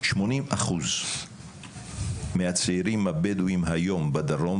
80% מהצעירים הבדואים בדרום היום,